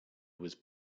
was